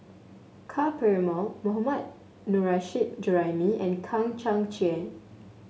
Ka Perumal Mohammad Nurrasyid Juraimi and Kang Chang Chieh